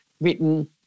written